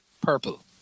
purple